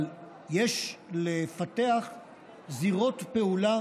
אבל יש לפתח זירות פעולה